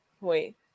wait